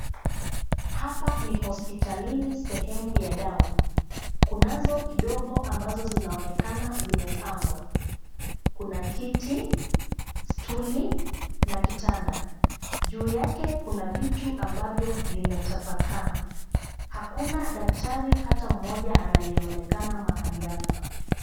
Hapa ni hospitalini sehemu ya dawa, kunazo kidogo ambazo zinaonekana zimepangwa. Kuna kiti, stuli na kitanda. Juu yake kuna vitu ambavyo vimetapakaa. Hakuna daktari hata mmoja anayeonekana mahali hapa.